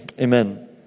amen